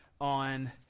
on